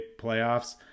playoffs